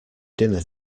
dinner